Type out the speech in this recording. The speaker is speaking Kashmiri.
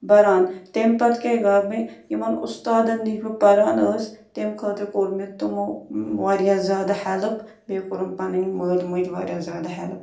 بَران تمہِ پَتہٕ کیاہ گاو مےٚ یِمَن اُستادَن نِش بہٕ پَران ٲس تمہِ خٲطرٕ کوٚر مےٚ تمو واریاہ زیادٕ ہٮ۪لٕپ بیٚیہِ کوٚرُم پَنٕنۍ مٲلۍ مٲجۍ واریاہ زیادٕ ہیٚلٕپ